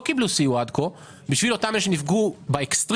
קיבלו סיוע עד כה בשביל אותם אלה שנפגעו באקסטרים,